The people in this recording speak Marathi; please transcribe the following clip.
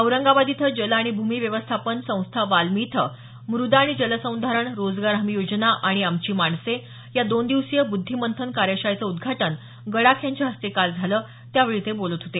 औरंगाबाद इथं जल आणि भूमी व्यवस्थापन संस्था वाल्मी इथं म़द आणि जलसंधारण रोजगार हमी योजना आणि आमची माणसे या दोन दिवसीय बुद्धीमंथन कार्यशाळेचे उद्घाटन गडाख यांच्या हस्ते काल करण्यात आलं त्यावेळी ते बोलत होते